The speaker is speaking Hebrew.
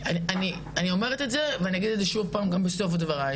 אני אומרת את זה ואני אגיד את זה שוב פעם גם בסוף דבריי,